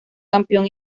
campeón